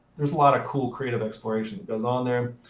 there's a lot of cool creative exploration that goes on there.